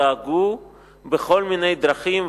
בדרך כלל דאגו בכל מיני דרכים,